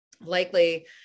likely